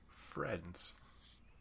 friends